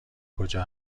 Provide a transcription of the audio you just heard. کجا